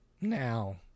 Now